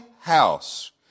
house